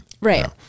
Right